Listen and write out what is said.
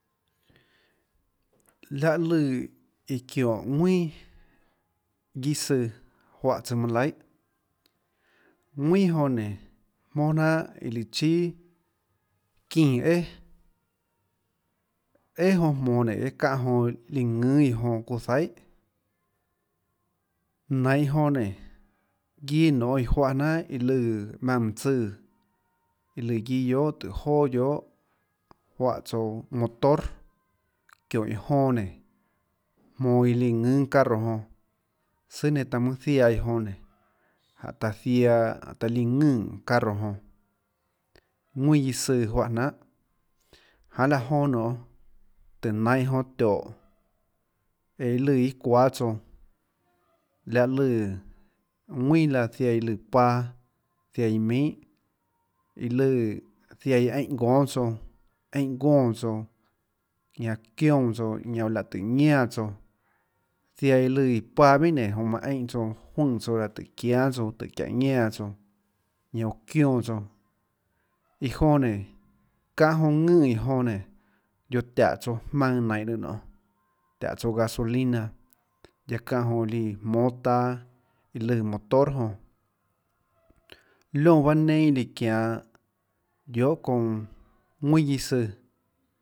Láhã lùã iã çiónhå ðuinà guiâ søã juáhã tsøã manã laihà ðuinà jonã nénå jmónà jnanhà iã lùã chíà çínã ææà æà jonã jmoå nénå çáhå jonã líã ðùnâ jonã çuã zaihà nainhå jonã nénå guiâ nonê iã juáhã jnanhà iã lùã maùnã mønã tsùã iã lùã guiâ guiohà tùhå joà juáhã tsouã motor çióhå iã jonã nénå jmoå iã líã ðùnâ carro jonã sùà nenã taã mønâ ziaâ iã jonã nénå jáhå taã ziaã jáhå taã liã ðønè carro jonã ðuinà guiâ søã juáhã jnanhà janê laã jonã nionê tùhå nainhå jonã tióhå eå lùã iâ çuáâ tsouã láhå lùã ðuínà laã ziaã iã lùã paâ ziaã iã minhàiã lùã ziaã énhå gónâ tsouã énhå gónã tsouã ñanã çiónã tsouã ñanã óhå laã tùhå ñánã tsouã ziaã iã lùnã paâ minhà nénå éhã juøè tsouã tùhå çiánâ tsouã çiáhå ñánã tsouã ñanã uã çióã tsouã iã jonã nénå çáhã jonã ðønè iã jonã nénå guiohå táhå tsouã jmaønã nainhå lùã noê táhå tsouã gasolina guiaâ çáhã jonã líã jmóâ taâ iã lùã motor jonã liónã baâ neinâ iã lùã çianå guiohà çounã ðuinà guiâ søã.